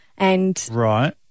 Right